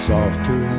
Softer